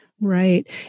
Right